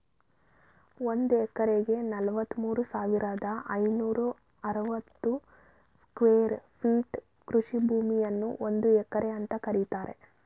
ಒಂದ್ ಎಕರೆಗೆ ನಲವತ್ಮೂರು ಸಾವಿರದ ಐನೂರ ಅರವತ್ತು ಸ್ಕ್ವೇರ್ ಫೀಟ್ ಕೃಷಿ ಭೂಮಿಯನ್ನು ಒಂದು ಎಕರೆ ಅಂತ ಕರೀತಾರೆ